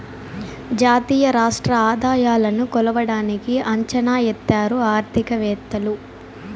జాతీయ రాష్ట్ర ఆదాయాలను కొలవడానికి అంచనా ఎత్తారు ఆర్థికవేత్తలు